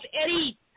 Eddie